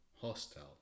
hostile